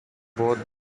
both